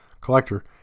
collector